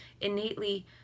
innately